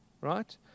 right